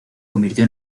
convirtió